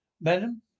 Madam